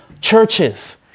churches